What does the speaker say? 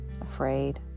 afraid